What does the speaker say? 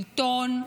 שלטון,